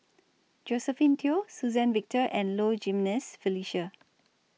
Josephine Teo Suzann Victor and Low Jimenez Felicia